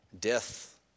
Death